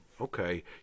Okay